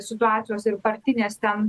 situacijos ir partinės ten